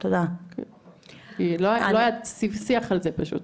כי פשוט לא היה שיח על זה.